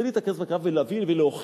רוצה להתרכז בקרב ולהוכיח